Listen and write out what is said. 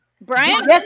Brian